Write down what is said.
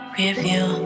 review